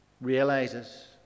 realizes